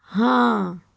ਹਾਂ